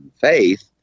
faith